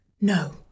no